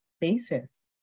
basis